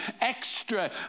extra